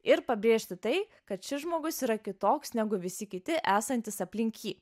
ir pabrėžti tai kad šis žmogus yra kitoks negu visi kiti esantys aplink jį